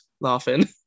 laughing